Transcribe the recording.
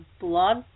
blog